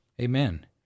Amen